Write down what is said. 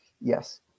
yes